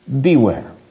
Beware